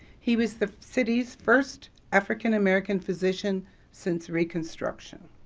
he was the city's first african american physician since reconstruction.